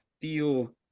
feel